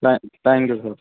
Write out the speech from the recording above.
తా thank you sir